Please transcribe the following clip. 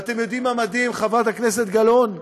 ואתם יודעים מה מדהים, חברת הכנסת גלאון?